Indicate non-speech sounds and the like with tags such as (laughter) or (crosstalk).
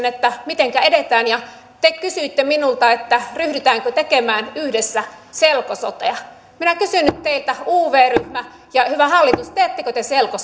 (unintelligible) että mitenkä edetään ja te kysyitte minulta ryhdytäänkö tekemään yhdessä selko sotea minä kysyn nyt teiltä uv ryhmä ja hyvä hallitus teettekö te selko (unintelligible)